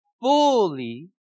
fully